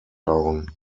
town